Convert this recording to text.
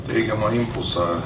teigiamą impulsą